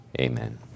Amen